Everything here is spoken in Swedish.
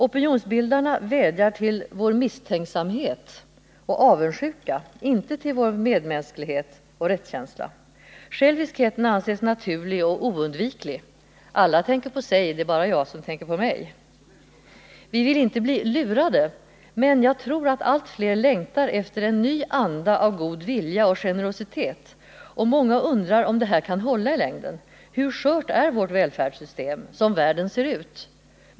Opinionsbildarna vädjar till vår misstänksamhet och avundsjuka, inte till vår medmänsklighet och rättskänsla. Själviskheten anses naturlig och oundviklig. ”Alla tänker på sig, det är bara jag som tänker på mig.” Vi vill inte bli lurade, men jag tror att allt fler längtar efter en ny anda av god vilja och generositet. Och många undrar om det här kan hålla i längden: Hur skört är vårt välfärdssystem, som världen ser ut?